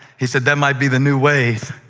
he said, that might be the new wave.